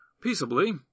Peaceably